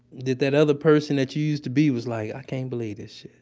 did that other person that you used to be was like, i can't believe this